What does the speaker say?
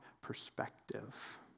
perspective